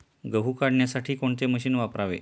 गहू काढण्यासाठी कोणते मशीन वापरावे?